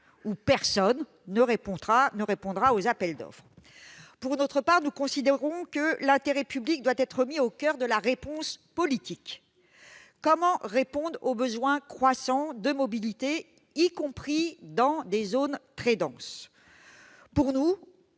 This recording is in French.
personne ne répondant aux appels d'offres ? Pour notre part, nous considérons que l'intérêt public doit être remis au coeur de la réponse politique. Comment répondre aux besoins croissants de mobilité, y compris dans des zones très denses ? Selon nous,